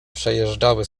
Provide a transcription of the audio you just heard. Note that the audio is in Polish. przejeżdżały